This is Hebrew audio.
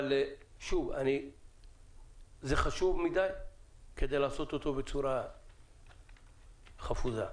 זה חשוב מכדי לעשות בצורה חפוזה.